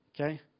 Okay